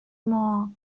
more